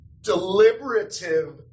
deliberative